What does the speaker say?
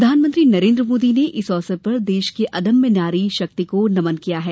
प्रधानमंत्री नरेन्द्र मोदी ने इस अवसर पर देश की अदम्य नारी शक्ति को नमन किया है